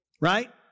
right